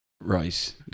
Right